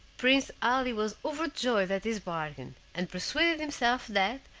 prince ali was overjoyed at his bargain, and persuaded himself that,